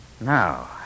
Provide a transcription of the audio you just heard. Now